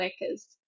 workers